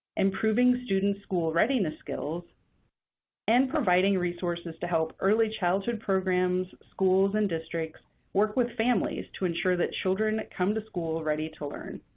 improving student school readiness skills and providing resources to help early childhood programs, schools, and districts work with families to ensure that children come to school ready to learn.